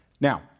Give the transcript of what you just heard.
Now